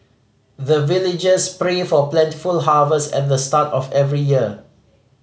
the villagers pray for plentiful harvest at the start of every year